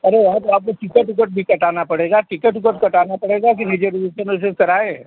अरे यार तो आपका टिकट उकट भी कटाना पड़ेगा टिकट उकट कटाना पड़ेगा कि रिजर्वेसन ओसन कराए हैं